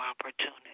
opportunity